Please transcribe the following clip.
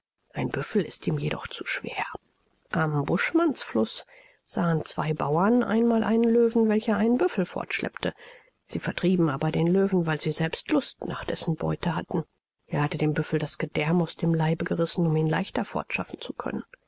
ein büffel ist ihm jedoch zu schwer am buschmannsfluß sahen zwei bauern einmal einen löwen welcher einen büffel fortschleppte sie vertrieben aber den löwen weil sie selbst lust nach dessen beute hatten er hatte dem büffel das gedärm aus dem leibe gerissen um ihn leichter fortschaffen zu können